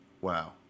Wow